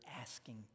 asking